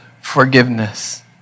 forgiveness